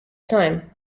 time